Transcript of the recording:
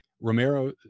romero